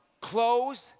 close